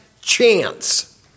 chance